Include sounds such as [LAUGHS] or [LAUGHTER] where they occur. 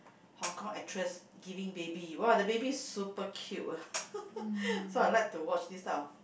Hong Kong actress giving baby !wah! the baby is super cute ah [LAUGHS] so I like to watch this type of